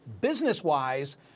business-wise